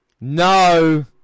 No